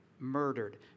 murdered